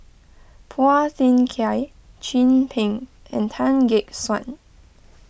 Phua Thin Kiay Chin Peng and Tan Gek Suan